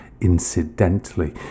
incidentally